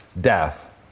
death